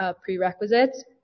prerequisites